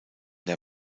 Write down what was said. der